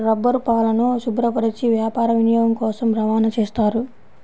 రబ్బరుపాలను శుభ్రపరచి వ్యాపార వినియోగం కోసం రవాణా చేస్తారు